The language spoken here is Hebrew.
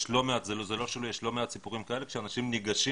יש לא מעט סיפורים כאלה כשאנשים ניגשים